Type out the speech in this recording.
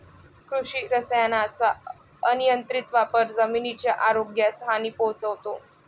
कृषी रसायनांचा अनियंत्रित वापर जमिनीच्या आरोग्यास हानी पोहोचवतो